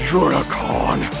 unicorn